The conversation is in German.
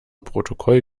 protokoll